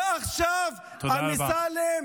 ועכשיו אמסלם